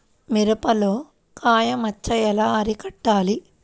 మిరపలో కాయ మచ్చ ఎలా అరికట్టాలి?